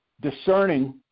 discerning